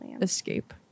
escape